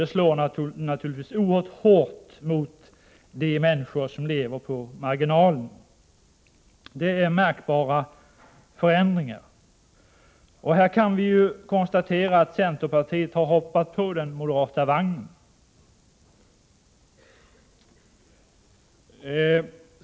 Det slår naturligtvis oerhört hårt mot de människor som lever på marginalen. Det är fråga om märkbara förändringar. Här kan vi konstatera att centerpartiet har hoppat på den moderata vagnen.